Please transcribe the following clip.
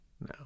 No